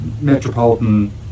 metropolitan